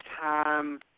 time